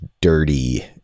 dirty